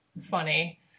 funny